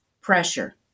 pressure